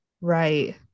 Right